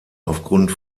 aufgrund